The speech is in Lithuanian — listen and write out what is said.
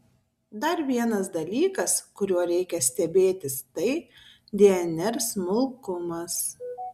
dar vienas dalykas kuriuo reikia stebėtis tai dnr smulkumas